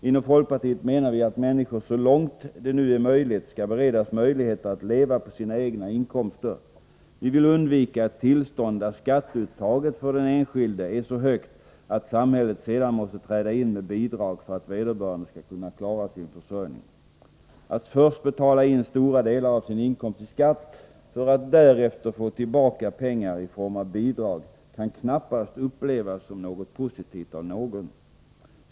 Inom folkpartiet menar vi att människor så långt det är möjligt skall beredas möjligheter att leva på sina egna inkomster. = Vi vill undvika ett tillstånd där skatteuttaget för den enskilde är så högt att samhället sedan måste träda in med bidrag för att vederbörande skall kunna klara sin försörjning. Att först betala in stora delar av sin inkomst i skatt för att därefter få tillbaka pengar i form av bidrag kan knappast av någon upplevas som något positivt.